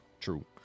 True